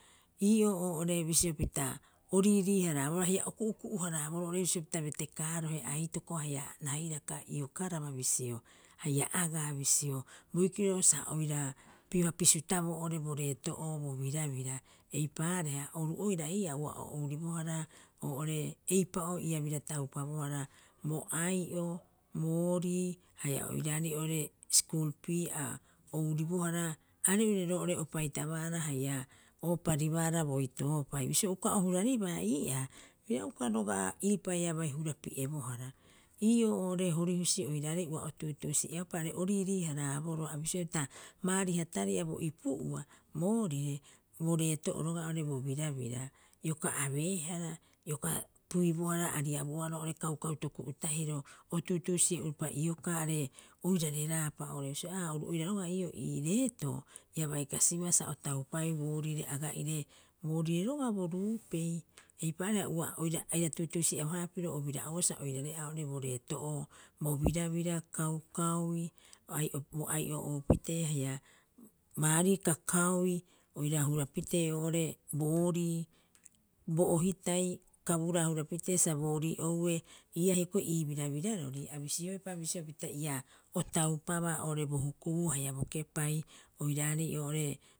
Ii'oo oo'ore bisio pita o riirii- haraaboroo haia o ku'uku'u- haraboroo oo'ore bisio pita betekaarohe aitoko haia rairaka iokaraba bisio haia agaa bisio biokiro sa oira pioha pisutaboo oo'ore bo reeto'oo bo birabira. Eipaareha, oru oira ii'aa ua o ouribohara oo'ore eipa'oo ia bira taupabohara bo ai'o. boorii haia oiraarei oo'ore skul pii a ouribohara are'ure roo'ore opitabaara haia ooparibaara boitoopai. Bisio uka o huraribaa ii'aa, ia uka roga'a iripaiabai hurapi'ebohara. Ii'oo oo'ore horihusi oiraarei ua o tuutuusi'eaupa are o riirii- haraboroo a bisioea pita baariha tari'a bo ipu'ua boorire bo reeto'oo roaga'a bo birabira. Ioka abeehara ioka puibohara ariabuoaro oo'ore kaukau toku'u tahiro o tuutuusi'e uropa iokaa are oirareraapa bisio aa, oru oira roga'a ii reeto ia bai kasibaa sa o taupaeu boorire aga'ire boorire roga'a bo ruupei, eipaareha ua oira aira tuutuusi'eabohara piro obira'auaa sa oirare'aa oo'ore bo reeto'oo bo birabira kaukauii bo ai'o oupitee haia baari kakauii oira hurapitee oo'ore boorii bo ohitai kaburaa hurapitee sa boorii oue ii'aa hioko'i ii birabirarori a bisioepa bisio pita ia o taupaupa bo hukubuu haia bo kepai oiraarei oo'ore